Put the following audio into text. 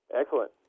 Excellent